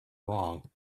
wrong